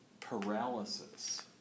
paralysis